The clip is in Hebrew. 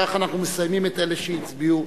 כך אנחנו מסיימים את אלה שהצביעו.